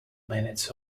minutes